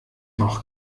noch